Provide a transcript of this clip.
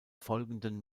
folgenden